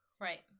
Right